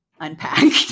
unpack